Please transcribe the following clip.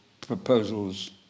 proposals